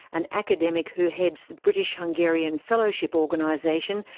an academic who heads the british hungarian fellowship organisation,